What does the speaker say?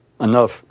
enough